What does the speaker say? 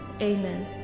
Amen